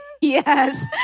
Yes